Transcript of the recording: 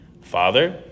Father